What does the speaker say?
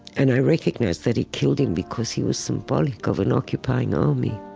and i recognized that he killed him because he was symbolic of an occupying army